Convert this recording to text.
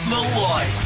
Malloy